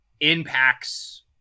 impacts